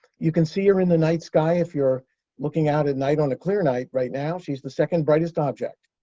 you can see her in the night sky if you're looking out at night on a clear night right now. she's the second-brightest object.